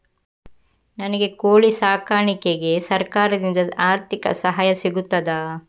ನನಗೆ ಕೋಳಿ ಸಾಕಾಣಿಕೆಗೆ ಸರಕಾರದಿಂದ ಆರ್ಥಿಕ ಸಹಾಯ ಸಿಗುತ್ತದಾ?